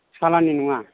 सालाननि नङा